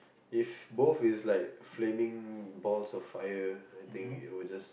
if both is like flaming balls of fire I think it will just